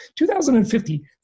2050